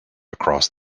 across